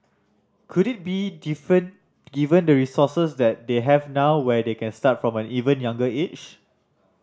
could it be different given the resources that they have now where they can start from an even younger age